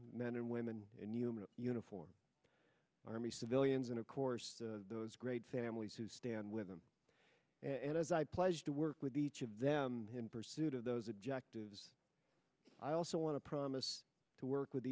men and women in human uniformed army civilians and of course the those great families who stand with them and as i pledge to work with each of them him pursuit of those objectives i also want to promise to work with